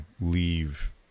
leave